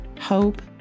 hope